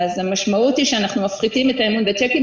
אז המשמעות היא שאנחנו מפחיתים את האמון בצ'קים,